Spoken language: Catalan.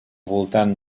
voltant